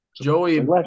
Joey